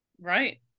Right